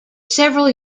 several